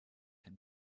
can